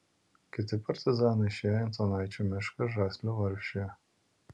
kiti partizanai išėjo į antanaičių mišką žaslių valsčiuje